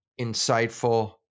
insightful